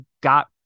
got